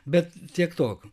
bet tiek to